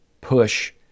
push